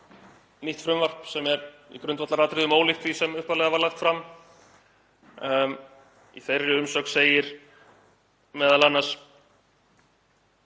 nýtt frumvarp sem sé í grundvallaratriðum ólíkt því sem upphaflega var lagt fram. Í þeirri umsögn segir m.a.,